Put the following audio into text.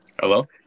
Hello